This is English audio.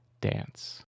dance